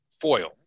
Foil